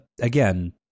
Again